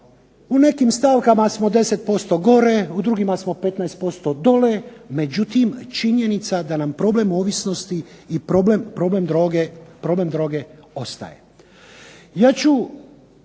u nekim stavkama smo 10% gore, u drugima smo 15% dole, međutim činjenica da nam problem ovisnosti i problem droge ostaje.